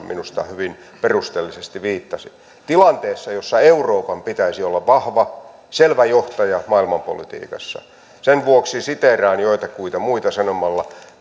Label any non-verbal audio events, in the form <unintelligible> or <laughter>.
<unintelligible> minusta hyvin perusteellisesti viittasi tilanteessa jossa euroopan pitäisi olla vahva selvä johtaja maailmanpolitiikassa sen vuoksi siteeraan joitakuita muita sanomalla